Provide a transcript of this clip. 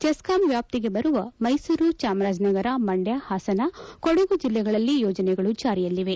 ಚೆಗ್ಗಾಂ ವ್ಯಾಪ್ತಿಗೆ ಬರುವ ಮೈಸೂರು ಚಾಮರಾಜನಗರ ಮಂಡ್ಯ ಹಾಸನ ಕೊಡಗು ಜಿಲ್ಲೆಗಳಲ್ಲಿ ಯೋಜನೆಗಳು ಜಾರಿಯಲ್ಲಿವೆ